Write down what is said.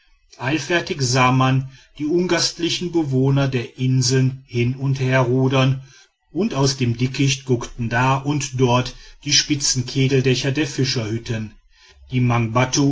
eilfertig sah man die ungastlichen bewohner der inseln hin und herrudern und aus dem dickicht guckten da und dort die spitzen kegeldächer der fischerhütten die